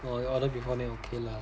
orh you order before then okay lah